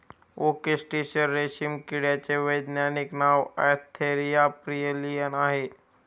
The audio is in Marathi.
ओक टेसर रेशीम किड्याचे वैज्ञानिक नाव अँथेरिया प्रियलीन आहे